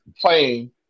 playing